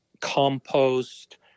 compost